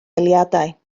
eiliadau